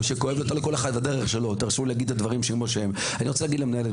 אני רוצה להגיד משהו למנהלת,